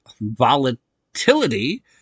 volatility